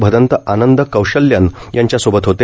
भदंत आनंद कौशल्यन यांच्या सोबत होते